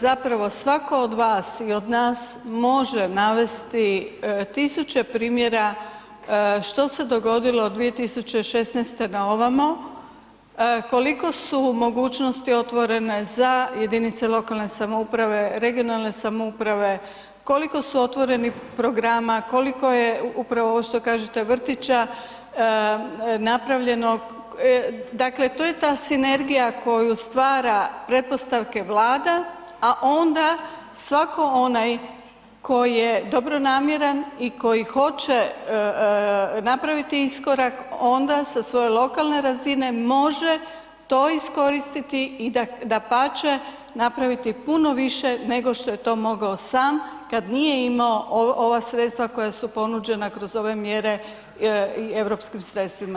Zapravo svatko od vas i od nas može navesti 1.000 primjera što se dogodilo 2016. na ovamo, koliko su mogućnosti otvorene za jedinice lokalne samouprave, regionalne samouprave, koliko su otvorenih programa, koliko je upravo ovo što kažete vrtića napravljeno, dakle to je ta sinergija koju stvara pretpostavke Vlada, a onda svako onaj koji je dobronamjeran i koji hoće napraviti iskorak onda sa svoje lokalne razine može to iskoristiti i dapače napraviti puno više nego što je to mogao sam kad nije imao ova sredstva koja su ponuđena kroz ove mjere i europskim sredstvima.